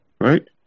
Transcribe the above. right